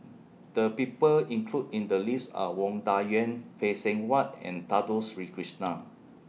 The People included in The list Are Wang Dayuan Phay Seng Whatt and Dato Sri Krishna